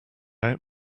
out